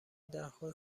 دهها